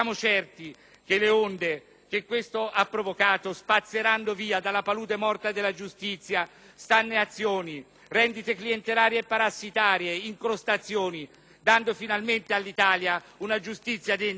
che questo ha provocato spazzeranno via dalla palude morta della giustizia stagnazioni, rendite clientelari e parassitarie, incrostazioni, dando finalmente all'Italia una giustizia degna di tal nome.